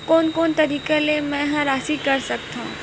कोन कोन तरीका ले मै ह राशि कर सकथव?